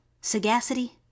sagacity